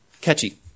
catchy